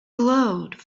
glowed